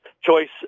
Choice